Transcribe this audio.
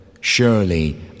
surely